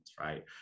right